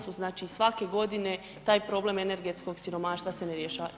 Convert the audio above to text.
su znači svake godine taj problem energetskog siromaštva se ne rješava.